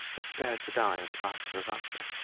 was spared to die of the bite of a viper.